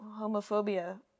homophobia